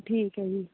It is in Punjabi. ਠੀਕ ਹੈ ਜੀ